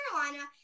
Carolina